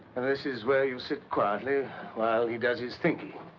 and this is where you sit quietly while he does his thinking.